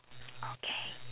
okay